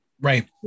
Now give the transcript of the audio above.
Right